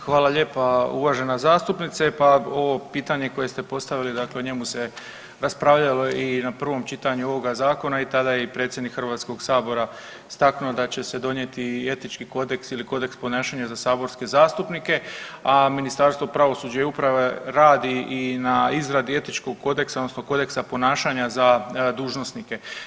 Hvala lijepa, uvažena zastupnice, pa ovo pitanje koje ste postavili dakle o njemu se raspravljalo i na prvom čitanju ovoga zakona i tada je i predsjednik Hrvatskog sabora istaknuo da će se donijeti i etički kodeks ili kodeks ponašanja za saborske zastupnike, a Ministarstvo pravosuđa i uprave radi i na izradi etičkog kodeksa odnosno kodeksa ponašanja za dužnosnike.